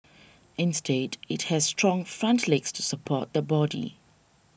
instead it has strong front legs to support the body